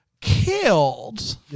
killed